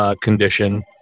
condition